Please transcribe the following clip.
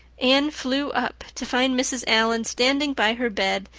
anne flew up, to find mrs. allan standing by her bed,